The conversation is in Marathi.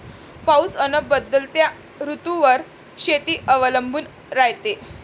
पाऊस अन बदलत्या ऋतूवर शेती अवलंबून रायते